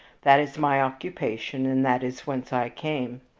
that is my occupation, and that is whence i came.